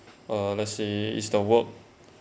uh let's see is the work